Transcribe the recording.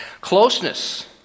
Closeness